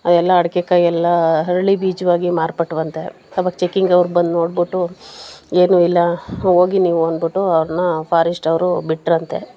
ಆ ಎಲ್ಲ ಅಡಿಕೆ ಕಾಯಿ ಎಲ್ಲ ಅರಳಿ ಬೀಜವಾಗಿ ಮಾರ್ಪಟ್ಟವಂತೆ ಆವಾಗ ಚೆಕ್ಕಿಂಗವ್ರು ಬಂದು ನೋಡ್ಬಿಟ್ಟು ಏನೂ ಇಲ್ಲ ಹೋಗಿ ನೀವು ಅಂದ್ಬಿಟ್ಟು ಅವ್ರನ್ನ ಫಾರೆಸ್ಟ್ ಅವರು ಬಿಟ್ಟರಂತೆ